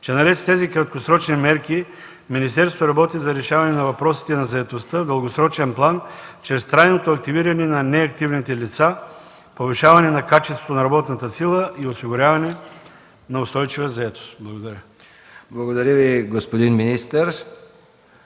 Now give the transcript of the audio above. че наред с тези краткосрочни мерки министерството работи за решаване на въпросите на заетостта в дългосрочен план чрез трайното активиране на неактивните лица, повишаване на качеството на работната сила и осигуряване на устойчива заетост. Благодаря. ПРЕДСЕДАТЕЛ МИХАИЛ МИКОВ: Благодаря Ви, господин министър.